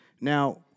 Now